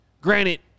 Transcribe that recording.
Granted